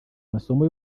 masomo